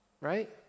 right